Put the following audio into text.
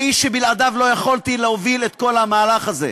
האיש שבלעדיו לא יכולתי להוביל את כל המהלך הזה.